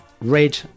red